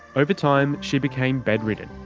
over time she became bedridden.